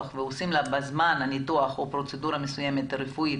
ועושים לה בזמן הניתוח או בזמן פרוצדורה רפואית